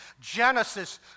Genesis